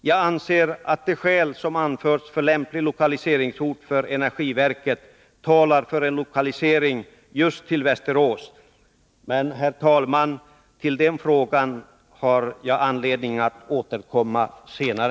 Jag anser att de skäl som anförs för lämplig lokaliseringsort för energiverket talar för en lokalisering just till Västerås. Men, herr talman, till den frågan har jag anledning att återkomma senare.